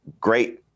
great